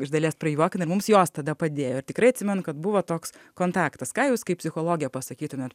iš dalies prajuokina ir mums jos tada padėjo ir tikrai atsimenu kad buvo toks kontaktas ką jūs kaip psichologė pasakytumėt